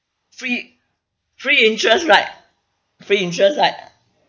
free free interest right free interest right